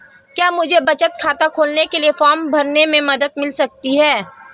क्या मुझे बचत खाता खोलने के लिए फॉर्म भरने में मदद मिल सकती है?